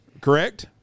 correct